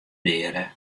deade